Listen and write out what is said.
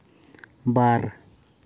ᱵᱟᱨ